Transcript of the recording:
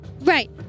Right